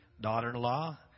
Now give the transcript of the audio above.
daughter-in-law